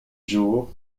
jours